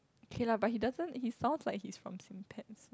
K lah but he doesn't~ he sounds like he's from Saint-Pats